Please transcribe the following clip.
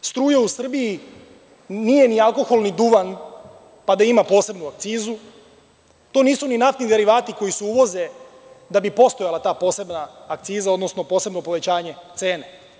Struja u Srbiji nije ni alkohol, ni duvan pa da ima posebnu akcizu, to nisu ni naftni derivati koji se uvoze, da bi postojala ta posebna akciza, odnosno posebno povećanje cene.